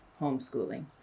homeschooling